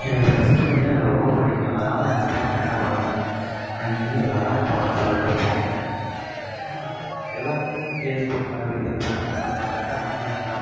எனக்கு பைக் ரைடுனா எனக்கு ரொம்ப பிடிக்கும் அதனால நான் இந்த டைம் நான் என்ன பண்ணேன்னா நான் இங்கே இருந்து லடாக் போகலாம்னு சொல்லிட்டு போனேன் ஆனால் எல்லோருமே ஃபேஸ்புக் அது இதுன்னு போட்டுருந்ததுலாம் பார்த்துட்டு தான் நானும் கிளம்புனேன்